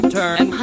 turn